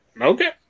Okay